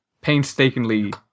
painstakingly